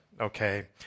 okay